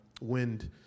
wind